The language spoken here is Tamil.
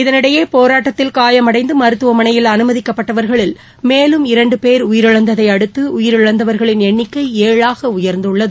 இதனிடையே போராட்டத்தில் காயமடைந்த மருத்துவமனையில் அனுமதிக்கப்பட்டவர்களில் மேலும் இரண்டு போ் உயிரிழந்ததை அடுத்து உயிரிழந்தவர்களின் எண்ணிக்கை ஏழாாக உயர்ந்துள்ளது